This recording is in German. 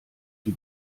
die